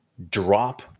drop